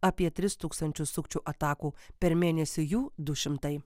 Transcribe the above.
apie tris tūkstančius sukčių atakų per mėnesį jų du šimtai